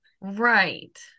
Right